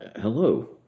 Hello